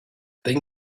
then